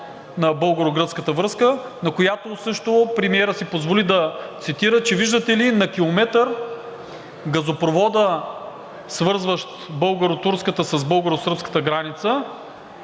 на българо-гръцката връзка, на която също премиерът си позволи да цитира, че виждате ли, на километър газопроводът, свързващ българо-турската с българо-сръбската граница,